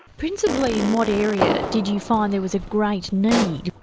principally in what area did you find there was a great need?